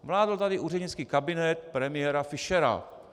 Vládl tady úřednický kabinet premiéra Fischera.